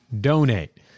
donate